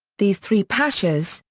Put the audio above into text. these three pashas,